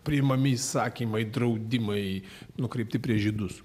priimami įsakymai draudimai nukreipti prieš žydus